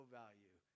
value